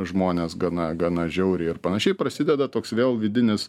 žmonės gana gana žiauriai ir panašiai prasideda toks vėl vidinis